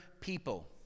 people